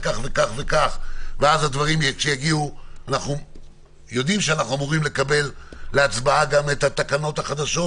אנחנו אמורים לקבל להצבעה גם את התקנות החדשות,